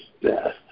death